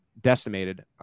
decimated